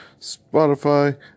Spotify